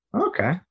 Okay